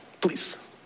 please